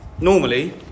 normally